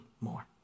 more